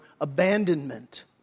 abandonment